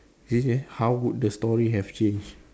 how would the story have changed